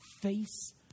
face